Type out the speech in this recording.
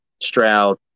Stroud